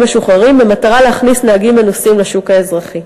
משוחררים במטרה להכניס נהגים מנוסים לשוק האזרחי.